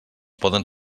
poden